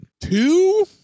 two